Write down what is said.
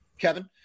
Kevin